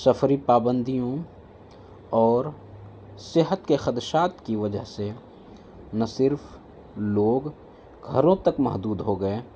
سفری پابندیوں اور صحت کے خدشات کی وجہ سے نہ صرف لوگ گھروں تک محدود ہو گئے